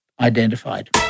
identified